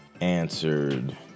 answered